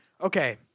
Okay